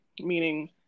meaning